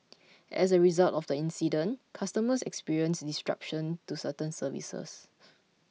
as a result of the incident customers experienced disruption to certain services